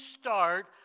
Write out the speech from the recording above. start